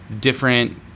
different